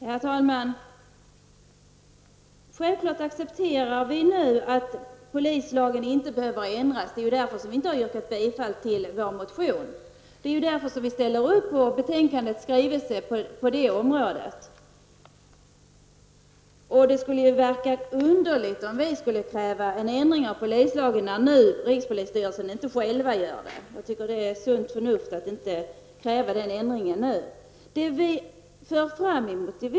Herr talman! Självklart accepterar vi nu att polislagen inte behöver ändras. Det är därför vi inte yrkat bifall till vår motion. Det är därför vi ställer upp på betänkandets skrivelse på det området. Det skulle vara underligt om vi skulle kräva en ändring av polislagen nu när rikspolisstyrelsen inte själv gör det. Jag tycker det är sunt förnuft att inte kräva den ändringen nu.